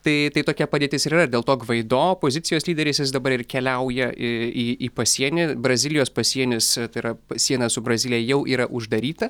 tai tai tokia padėtis yra dėl to gvaido opozicijos lyderis jis dabar ir keliauja į į į pasienį brazilijos pasienis tai yra siena su brazilija jau yra uždaryta